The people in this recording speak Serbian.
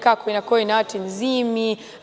Kako i na koji način zimi.